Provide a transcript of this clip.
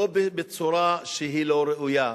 לא בצורה שהיא לא ראויה.